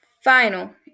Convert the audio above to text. final